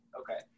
Okay